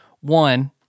One